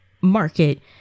market